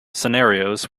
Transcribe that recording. scenarios